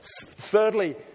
Thirdly